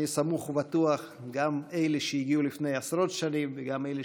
אני סמוך ובטוח שגם אלה שהגיעו לפני עשרות שנים וגם אלה